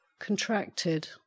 contracted